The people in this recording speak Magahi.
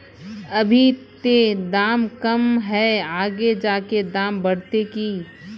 अभी ते दाम कम है आगे जाके दाम बढ़ते की?